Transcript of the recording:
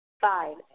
Five